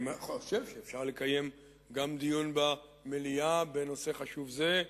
חושב שאפשר לקיים גם דיון במליאה בנושא חשוב זה,